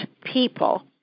people